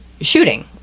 shooting